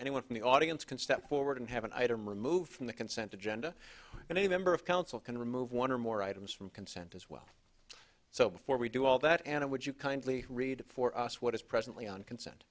anyone from the audience can step forward and have an item removed from the consent agenda and any member of council can remove one or more items from consent as well so before we do all that and would you kindly read for us what is presently on consent